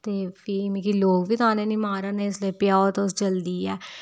ते फ्ही मिगी लोक बी ताह्न्ने नेईं मारन इसलेई पजाओ तुस जल्दी गै